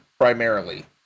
primarily